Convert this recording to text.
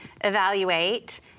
evaluate